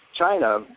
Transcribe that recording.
China